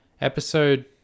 Episode